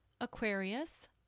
Aquarius